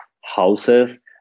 houses